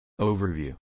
Overview